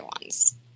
ones